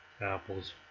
apples